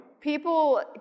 People